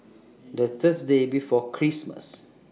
The Thursday before Christmas